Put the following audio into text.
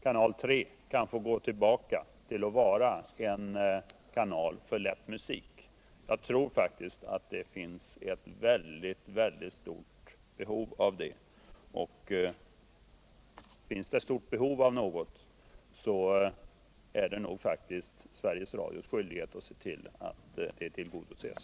Kanal 3 kunde då få gå tillbaka till att vara en kanal för lätt musik. Jag tror att det finns ett mycket stort behov av det. Och om det finns ett stort behov av något är det faktiskt Sveriges Radios skyldighet att se till att det behovet tillgodoses.